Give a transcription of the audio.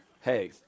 Hey